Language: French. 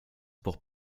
pour